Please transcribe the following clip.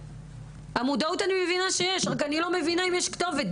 רק אני לא מבינה אם יש כתובת.